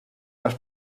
más